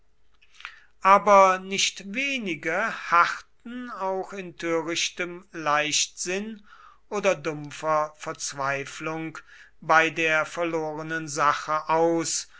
aber nicht wenige harrten auch in törichtem leichtsinn oder dumpfer verzweiflung bei der verlorenen sache aus